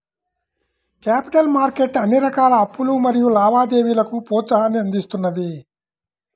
capital market అన్ని రకాల అప్పులు మరియు లావాదేవీలకు ప్రోత్సాహాన్ని అందిస్తున్నది